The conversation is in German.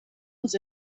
uns